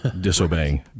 disobeying